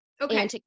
okay